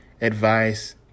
advice